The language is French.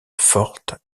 forte